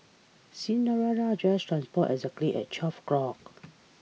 Cinderella's dress transported exactly at twelve o'clock